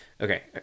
okay